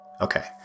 Okay